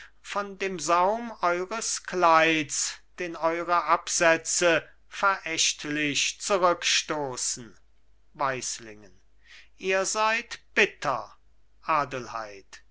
von dem saum eures kleids den eure absätze verächtlich zurückstoßen weislingen ihr seid bitter adelheid